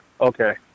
Okay